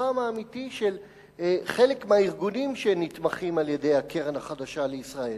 פרצופם האמיתי של חלק מהארגונים שנתמכים על-ידי הקרן החדשה לישראל.